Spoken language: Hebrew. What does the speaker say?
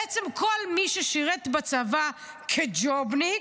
בעצם כל מי ששירת בצבא כג'ובניק,